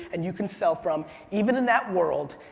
and you can sell from, even in that world,